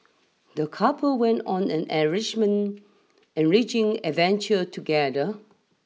the couple went on an enrichment enriching adventure together